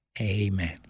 Amen